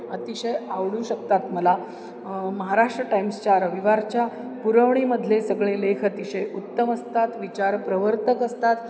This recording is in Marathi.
अतिशय आवडू शकतात मला महाराष्ट्र टाइम्सच्या रविवारच्या पुरवणीमधले सगळे लेख अतिशय उत्तम असतात विचारप्रवर्तक असतात